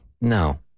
No